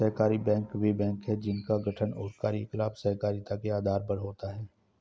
सहकारी बैंक वे बैंक हैं जिनका गठन और कार्यकलाप सहकारिता के आधार पर होता है